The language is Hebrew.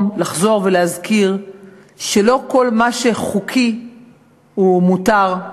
לחזור ולהזכיר שלא כל מה שחוקי הוא מותר,